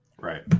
Right